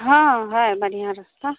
हँ है बढ़िआँ रस्ता